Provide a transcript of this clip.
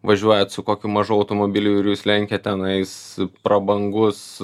važiuojat su kokiu mažu automobiliu ir jūs lenkiat tenais prabangus